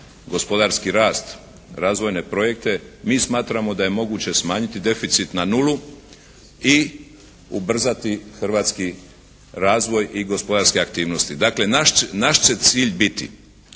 gospodarski rast, razvojne projekte, mi smatramo da je moguće smanjiti deficit na nulu i ubrzati hrvatski razvoj i gospodarske aktivnosti. Dakle, naš će cilj biti